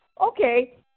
okay